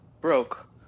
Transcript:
broke